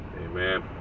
amen